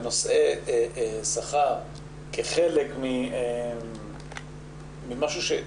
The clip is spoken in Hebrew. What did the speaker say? בנושאי שכר כחלק ממשהו ש,